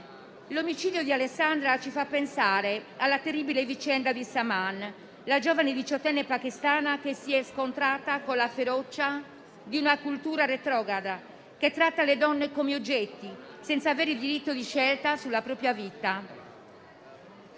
L'omicidio di Alessandra ci fa pensare alla terribile vicenda di Saman, la giovane diciottenne pakistana che si è scontrata con la ferocia di una cultura retrograda, che tratta le donne come oggetti, prive del diritto di scelta sulla propria vita.